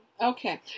Okay